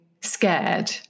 scared